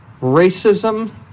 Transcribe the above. racism